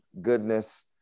goodness